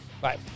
Bye